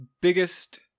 biggest